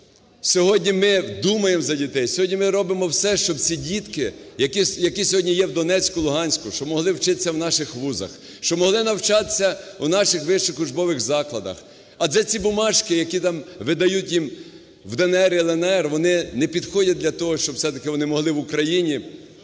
сьогодні ми думаємо за дітей, сьогодні ми робимо все, щоб ті дітки, які сьогодні є в Донецьку і Луганську, щоб могли вчитися в наших вузах, щоб могли навчатися у наших вищих учбових закладах. Адже тібумажки, які там видають їм в "ДНР" і "ЛНР", вони не підходять для того, щоб все-таки вони могли в Україні